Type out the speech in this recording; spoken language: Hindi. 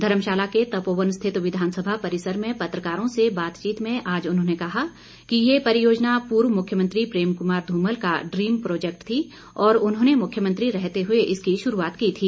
धर्मशाला के तपोवन स्थित विधानसभा परिसर में पत्रकारों से बातचीत में आज उन्होंने कहा कि ये परियोजना पूर्व मुख्यमंत्री प्रेम कुमार धूमल का ड्रीम प्रोजेक्ट थी और उन्होंने मुख्यमंत्री रहते हुए इसकी शुरूआत की थी